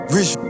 Rich